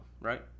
right